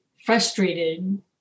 frustrated